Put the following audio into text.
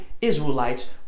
Israelites